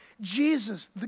Jesus